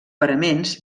paraments